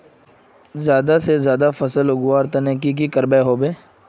ज्यादा से ज्यादा फसल उगवार तने की की करबय होबे?